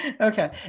Okay